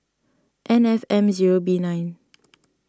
N F M zero B nine